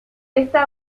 esta